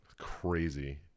crazy